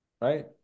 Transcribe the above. right